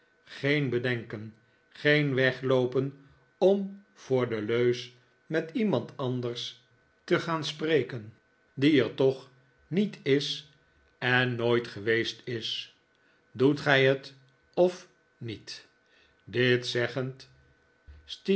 geen bedenken geen wegloopen om voor de leus met iemand anders te gaan spreken die er toch niet is en nikolaas nickleby nooit geweest is doet gij het of niet dit zeggend